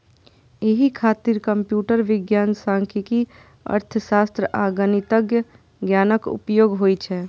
एहि खातिर कंप्यूटर विज्ञान, सांख्यिकी, अर्थशास्त्र आ गणितक ज्ञानक उपयोग होइ छै